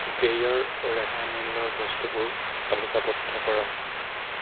গেইয়াৰ ৰেহাই মূল্যৰ বস্তুবোৰ তালিকাবদ্ধ কৰা